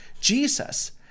Jesus